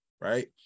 Right